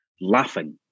laughing